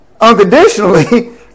unconditionally